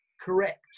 correct